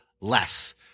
less